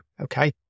okay